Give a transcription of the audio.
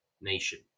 nation